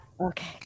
Okay